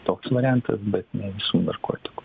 toks variantas bet ne visų narkotikų